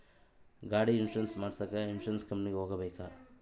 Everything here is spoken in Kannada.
ಗಾಡಿ ಇನ್ಸುರೆನ್ಸ್ ಮಾಡಸಾಕ ಇನ್ಸುರೆನ್ಸ್ ಕಂಪನಿಗೆ ಹೋಗಬೇಕಾ?